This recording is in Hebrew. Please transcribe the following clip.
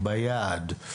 ביעד.